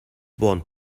want